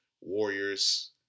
Warriors